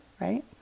right